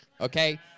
Okay